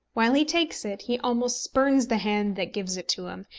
while he takes it he almost spurns the hand that gives it to him,